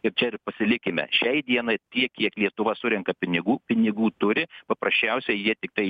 ir čia ir pasilikime šiai dienai tiek kiek lietuva surenka pinigų pinigų turi paprasčiausia jie tiktai